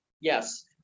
Yes